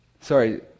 Sorry